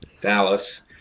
Dallas